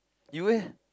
you leh